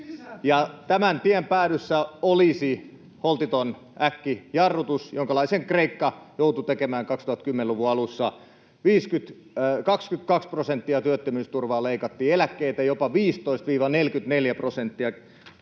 Tämän tien päädyssä olisi holtiton äkkijarrutus, jonkalaisen Kreikka joutui tekemään 2010-luvun alussa: työttömyysturvaa leikattiin 22 prosenttia, eläkkeitä jopa 15—44 prosenttia, rajuja toimenpiteitä,